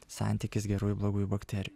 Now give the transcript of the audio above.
santykis gerųjų blogųjų bakterijų